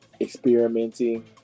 experimenting